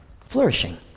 flourishing